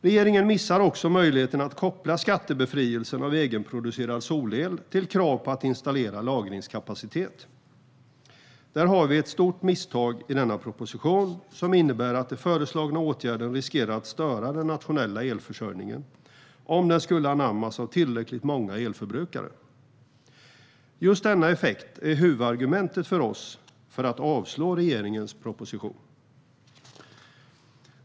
Regeringen missar också möjligheten att koppla skattebefrielsen av egenproducerad solel till ett krav på att installera lagringskapacitet. Där har vi ett stort misstag i denna proposition som innebär att den föreslagna åtgärden riskerar att störa den nationella elförsörjningen om den skulle anammas av tillräckligt många elförbrukare. Just denna effekt är vårt huvudargument för att yrka avslag på regeringens proposition.